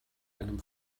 einem